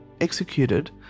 executed